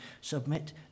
submit